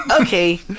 okay